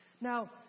Now